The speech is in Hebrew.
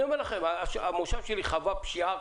המושב שלי חווה פשיעה